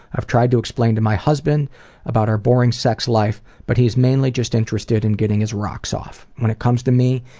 i've tried to explain to my husband about our boring sex life, but he's mainly just interested in getting his rocks off. when it comes to me,